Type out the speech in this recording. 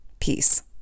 Peace